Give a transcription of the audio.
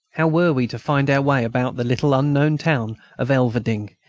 how were we to find our way about the little unknown town of elverdinghe,